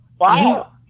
Wow